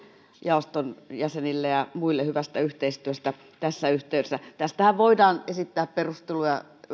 jaoston jäsenille ja muille hyvästä yhteistyöstä tässä yhteydessä tästähän voidaan esittää perusteluja